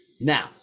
Now